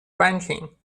banking